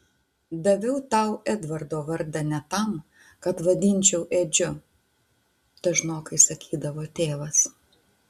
daviau tau edvardo vardą ne tam kad vadinčiau edžiu dažnokai sakydavo tėvas